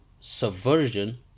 subversion